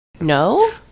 No